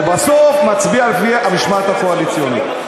ובסוף מצביע לפי המשמעת הקואליציונית.